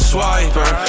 Swiper